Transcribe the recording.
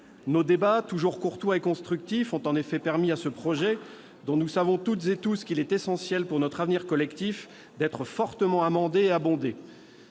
Nos échanges, toujours courtois et constructifs, ont permis à ce texte, dont nous savons toutes et tous qu'il est essentiel pour notre avenir collectif, d'être sensiblement amendé et abondé.